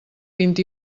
vint